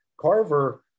Carver